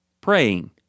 praying